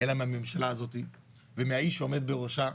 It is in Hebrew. אלא מהממשלה הזאת ומהאיש שעומד בראשה,